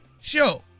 show